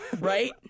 right